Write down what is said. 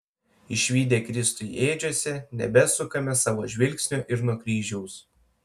išvydę kristų ėdžiose nebesukame savo žvilgsnio ir nuo kryžiaus